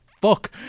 fuck